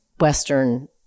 Western